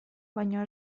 baino